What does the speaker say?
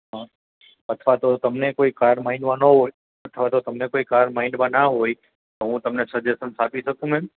હ અથવા તો તમને કોઈ કાર માઈન્ડમાં ન હોય અથવા તો તમને કોઈ કાર માઈન્ડમાં ના હોય તો હું તમને સજેસન્સ આપી શકું મેમ